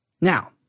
Now